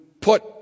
put